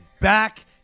back